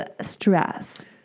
stress